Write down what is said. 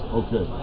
okay